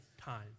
time